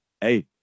hey